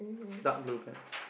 dark blue pants